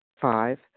Five